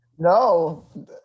No